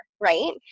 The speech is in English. right